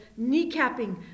kneecapping